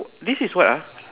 what this is what ah